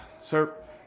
Sir